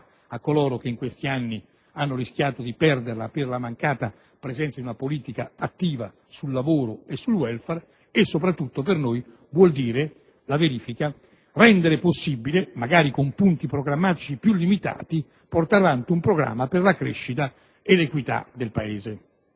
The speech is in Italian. a coloro che in questi anni hanno rischiato di perderla per la mancata presenza di una politica attiva sul lavoro e sul *welfare* e, soprattutto, rendere possibile, attraverso la verifica, magari con punti programmatici più limitati, di portare avanti un programma per la crescita e l'equità del Paese.